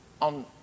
on